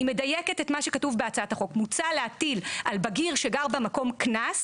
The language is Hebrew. אני מדייקת את מה שכתוב בהצעת החוק: מוצע להטיל על בגיר שגר במקום קנס,